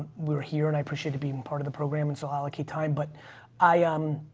we're here and i appreciated being part of the program and so i allocate time. but i um